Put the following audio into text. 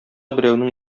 берәүнең